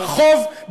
ברחוב,